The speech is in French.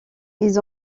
ils